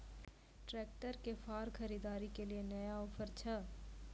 Tractor के फार खरीदारी के लिए नया ऑफर छ?